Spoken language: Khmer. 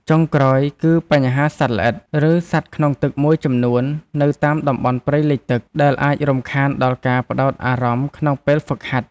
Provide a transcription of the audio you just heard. ចុងក្រោយ គឺបញ្ហាសត្វល្អិត ឬសត្វក្នុងទឹកមួយចំនួននៅតាមតំបន់ព្រៃលិចទឹក ដែលអាចរំខានដល់ការផ្ដោតអារម្មណ៍ក្នុងពេលហ្វឹកហាត់។